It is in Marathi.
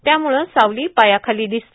त्यामुळं सावली पायाखाली दिसते